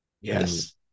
yes